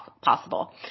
possible